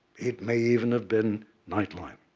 it may, even, have been nightline.